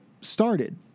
started